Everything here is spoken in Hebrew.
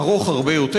ארוך הרבה יותר.